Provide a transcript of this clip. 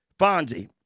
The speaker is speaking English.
Fonzie